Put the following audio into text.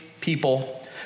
people